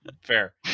Fair